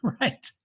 right